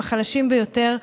הם החלשים ביותר,